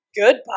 goodbye